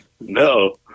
no